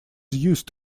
used